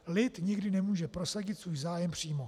Lid nikdy nemůže prosadit svůj zájem přímo.